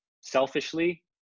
selfishly